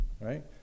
right